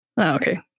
okay